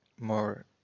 more